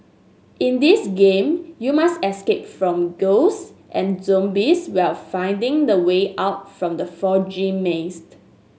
in this game you must escape from ghosts and zombies while finding the way out from the foggy maze